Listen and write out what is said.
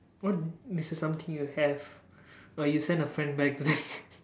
what is the something you have or you send a friend back